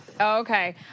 Okay